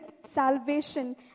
salvation